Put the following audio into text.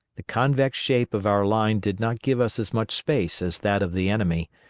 the convex shape of our line did not give us as much space as that of the enemy,